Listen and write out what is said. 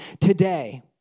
today